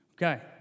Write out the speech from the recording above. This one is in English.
Okay